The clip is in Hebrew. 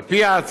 על פי ההצעה,